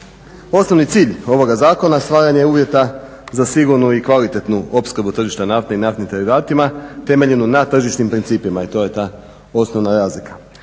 Osnovni cilj ovoga zakona stvaranje uvjeta za sigurnu i kvalitetnu opskrbu tržišta nafte i naftnih derivata utemeljenu na tržišnim principima i to je ta osnovna razlika.